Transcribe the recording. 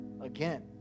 again